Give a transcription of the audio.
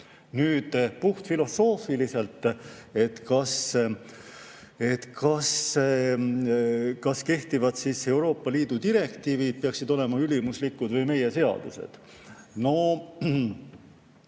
Nüüd, puhtfilosoofiliselt, kas kehtivad Euroopa Liidu direktiivid peaksid olema ülimuslikud või meie seadused? No